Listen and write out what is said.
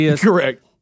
Correct